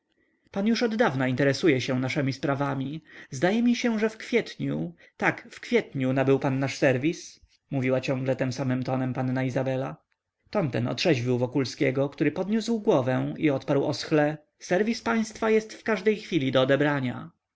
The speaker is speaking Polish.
pan już oddawna interesuje się naszemi sprawami zdaje mi się że w kwietniu tak w kwietniu nabył pan nasz serwis mówiła ciągle tym samym tonem panna izabela ton ten otrzeźwił wokulskiego który podniósł głowę i odparł oschle serwis państwa jest w każdej chwili do odebrania